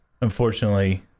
Unfortunately